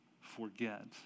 forget